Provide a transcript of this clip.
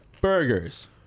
burgers